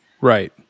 Right